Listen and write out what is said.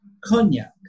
Cognac